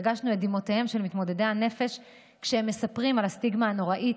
הרגשנו את דמעותיהם של מתמודדי הנפש כשהם מספרים על הסטיגמה הנוראית,